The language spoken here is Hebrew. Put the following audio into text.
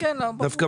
לא.